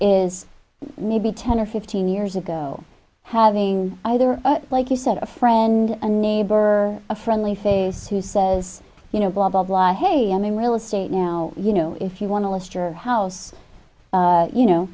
is maybe ten or fifteen years ago having either like you said a friend a neighbor a friendly face who says you know blah blah blah hey i'm in real estate now you know if you want to list your house you know